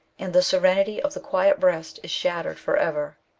and the serenity of the quiet breast is shattered for ever.